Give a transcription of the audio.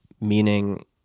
meaning